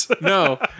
No